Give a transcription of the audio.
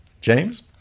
James